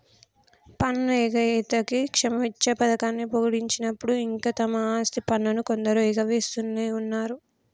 పన్ను ఎగవేతకి క్షమబిచ్చ పథకాన్ని పొడిగించినప్పటికీ ఇంకా తమ ఆస్తి పన్నును కొందరు ఎగవేస్తునే ఉన్నరు